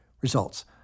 Results